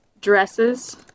Dresses